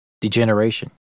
degeneration